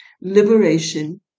liberation